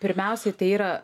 pirmiausiai tai yra